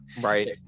Right